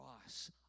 cross